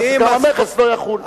גם המכס לא יחול.